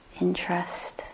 interest